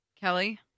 Kelly